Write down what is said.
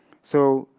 so